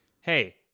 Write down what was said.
hey